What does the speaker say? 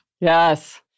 Yes